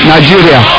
Nigeria